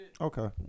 Okay